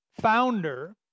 founder